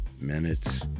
minutes